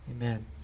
Amen